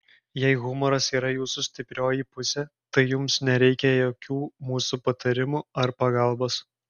jei humoras yra jūsų stiprioji pusė tai jums nereikia jokių mūsų patarimų ar pagalbos